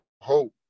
hope